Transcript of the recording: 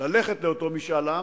ללכת לאותו משאל עם,